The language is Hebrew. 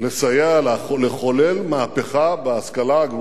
לסייע לחולל מהפכה בהשכלה הגבוהה.